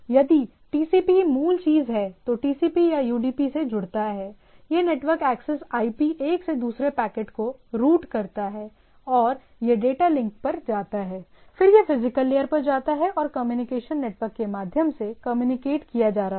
यदि TCP मूल चीज है जो टीसीपी या यूडीपी से जुड़ता है यह नेटवर्क एक्सेस आईपी एक से दूसरे पैकेट को रूट करता है और यह डेटा लिंक पर जाता है फिर यह फिजिकल लेयर पर जाता है और कम्युनिकेशन नेटवर्क के माध्यम से कम्युनिकेट किया जा रहा है